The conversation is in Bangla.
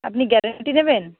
আপনি গ্যারেন্টি দেবেন